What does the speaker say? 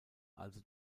also